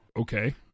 okay